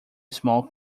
small